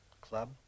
Club